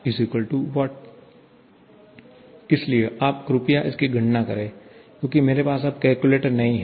इसलिए आप कृपया इसकी गणना करें क्योंकि मेरे पास अब कैलकुलेटर नहीं है